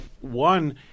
One